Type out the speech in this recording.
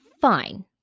fine